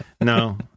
no